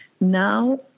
now